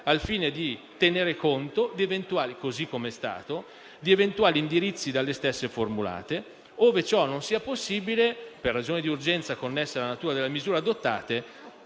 - così come è stato - di eventuali indirizzi dalle stesse formulate e, ove ciò non sia possibile, per ragioni di urgenza connesse alla natura delle misure adottate,